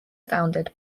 founded